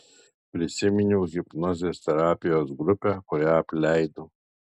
prisiminiau hipnozės terapijos grupę kurią apleidau